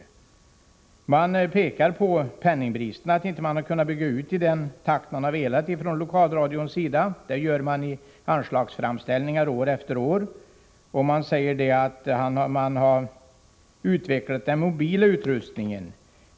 Man pekar på penningbristen, som har gjort att man inte har kunnat bygga ut i den takt man har velat från lokalradions sida. Detta påpekas i anslagsframställningar år efter år. Man säger att man har utvecklat den mobila utrustningen.